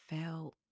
felt